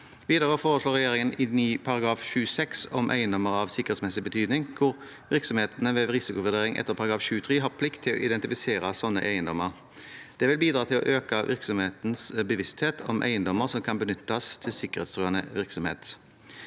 Videre foreslår regjeringen en ny § 7-6 om eiendommer av sikkerhetsmessig betydning hvor virksomhetene ved risikovurdering etter § 7-3 har plikt til å identifisere sånne eiendommer. Det vil bidra til å øke virksomhetens bevissthet om eiendommer som kan benyttes til sikkerhetstruende virksomhet.